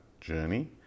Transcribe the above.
journey